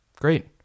Great